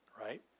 right